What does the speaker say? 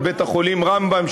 את בית-החולים רמב"ם,